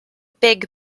big